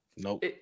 Nope